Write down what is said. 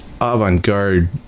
Avant-garde